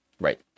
Right